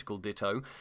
Ditto